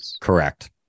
correct